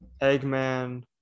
Eggman